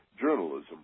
journalism